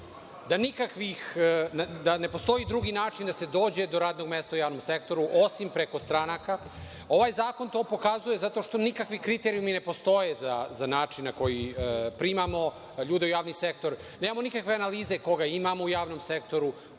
da ne postoji drugi način da se dođe do radnog mesta u javnom sektoru, osim preko stranaka. Ovaj zakon to pokazuje zato što nikakvi kriterijumi ne postoje za način na koji primamo ljude u javni sektor. Nemamo nikakve analize koga imamo u javnom sektoru,